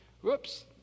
Whoops